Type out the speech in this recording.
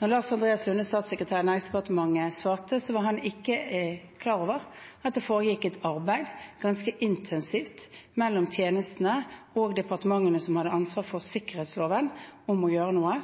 Andreas Lunde, statssekretær i Næringsdepartementet, svarte, var han ikke klar over at det foregikk et ganske intensivt arbeid mellom tjenestene og departementene som hadde ansvar for sikkerhetsloven, med å gjøre noe.